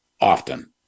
often